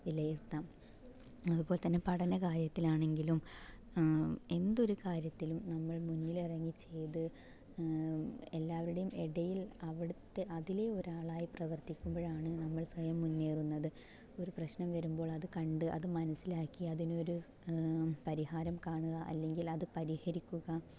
വിലയിരുത്താം അതുപോലെ തന്നെ പഠന കാര്യത്തിലാണെങ്കിലും എന്തൊരു കാര്യത്തിലും നമ്മൾ മുന്നിൽ ഇറങ്ങി ചെയ്ത് എല്ലാവരുടെയും ഇടയിൽ അവിടുത്തെ അതിലെ ഒരാളായി പ്രവർത്തിക്കുമ്പോഴാണ് നമ്മൾ സ്വയം മുന്നേറുന്നത് ഒരു പ്രശ്നം വരുമ്പോൾ അത് കണ്ട് അത് മനസിലാക്കി അതിനൊരു പരിഹാരം കാണുക അല്ലെങ്കിൽ അത് പരിഹരിക്കുക